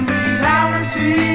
reality